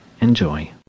enjoy